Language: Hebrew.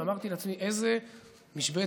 ואמרתי לעצמי: איזו משבצת